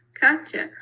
Gotcha